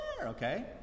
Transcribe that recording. Okay